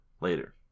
later